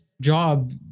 job